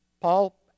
Paul